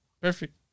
Perfect